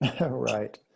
Right